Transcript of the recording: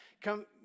come